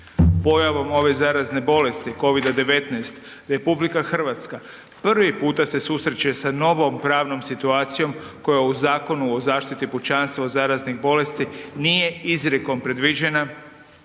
Pojavom ove zarazne bolesti Covida-19 RH prvi puta se susreće sa novom pravnom situacijom koja u Zakonu o zaštiti pučanstva od zaraznih bolesti nije izrijekom predviđena